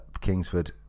Kingsford